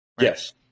yes